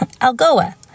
Algoa